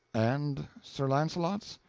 and sir launcelot's?